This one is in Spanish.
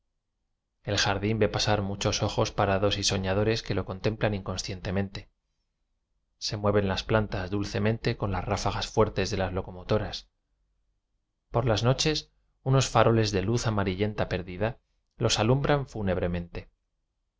el jardín ve pasar muchos ojos parados y soñadores que lo contemplan inconscien temente se mueven las plantas dulcemente con las ráfagas fuertes de las locomotoras por las noches unos faroles de luz ama rillenta perdida los alumbran fúnebremente